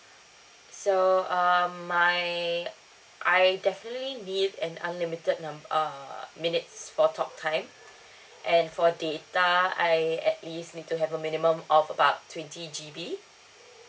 so um my I definitely need an unlimited num~ err minutes for talk time and for data I at least need to have a minimum of about twenty G_B